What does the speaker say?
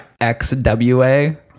XWA